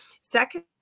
Second